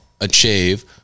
achieve